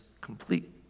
complete